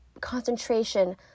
concentration